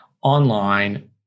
online